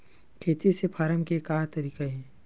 खेती से फारम के का तरीका हे?